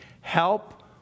Help